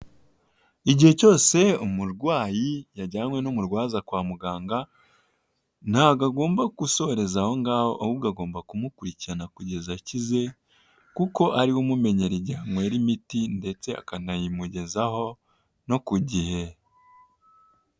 Igihe cyose umurwayi yajyanywe n'umurwaza kwa muganga, ntago agomba gusoreza aho ngaho ahubwo agomba kumukurikirana kugeza akize, kuko ariwe umumenyera igihe anywera imiti ndetse akanayimugezaho no ku gihe.